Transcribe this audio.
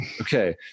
Okay